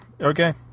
Okay